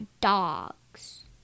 dogs